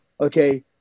okay